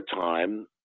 time